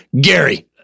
Gary